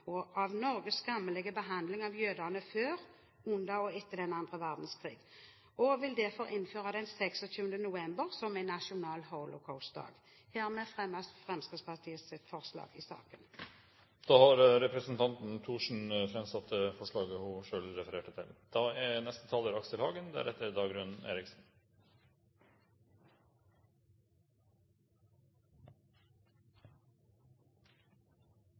og på Norges skammelige behandling av jødene før, under og etter annen verdenskrig, og vil derfor innføre den 26. november som en nasjonal holocaustdag. Hermed fremmer jeg Fremskrittspartiets forslag i saken. Representanten Bente Thorsen har tatt opp det forslaget hun refererte til.